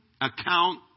account